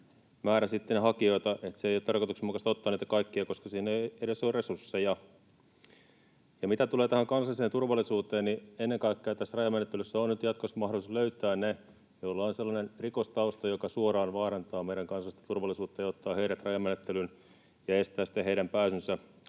määrä hakijoita. Ei ole tarkoituksenmukaista ottaa näitä kaikkia, koska siihen ei ole edes resursseja. Ja mitä tulee tähän kansalliseen turvallisuuteen, niin ennen kaikkea tässä rajamenettelyssä on nyt jatkossa mahdollisuus löytää ne, joilla on sellainen rikostausta, joka suoraan vaarantaa meidän kansallista turvallisuutta, ja ottaa heidät rajamenettelyyn ja estää heidän pääsynsä